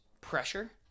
pressure